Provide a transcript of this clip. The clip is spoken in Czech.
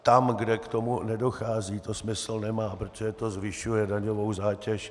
Tam, kde k tomu nedochází, to smysl nemá, protože to zvyšuje daňovou zátěž.